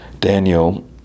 daniel